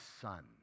son